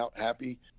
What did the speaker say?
happy